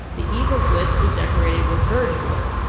the eve of which is decorated with bargeboard.